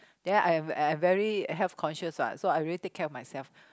ya I'm I'm very health conscious what so I really take care of myself